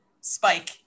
spike